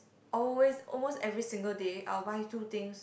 always almost every single day I'll buy two things